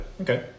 Okay